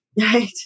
Right